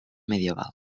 medieval